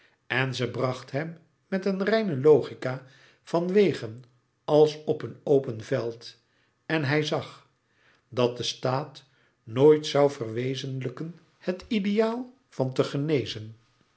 en ze bracht hem met een reine louis couperus metamorfoze logica van wegen als op een open veld en hij zag dat de staat nooit zoû verwezenlijken het ideaal van te genezen